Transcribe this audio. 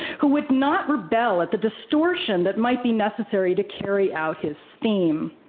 who would not rebel at the distortion that might be necessary to carry out his theme.